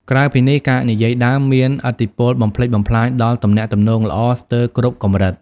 ក្រៅពីនេះការនិយាយដើមមានឥទ្ធិពលបំផ្លិចបំផ្លាញដល់ទំនាក់ទំនងល្អស្ទើរគ្រប់កម្រិត។